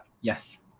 Yes